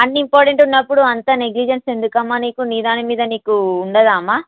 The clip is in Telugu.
అన్నీ ఇంపార్టెంట్ ఉన్నప్పుడు అంత నెగిలిజన్స్ ఎందుకమ్మ నీకు నీ దాని మీద నీకు ఉండదా అమ్మ